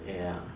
ya